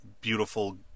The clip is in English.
beautiful